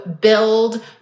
build